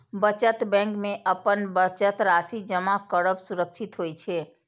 बचत बैंक मे अपन बचत राशि जमा करब सुरक्षित होइ छै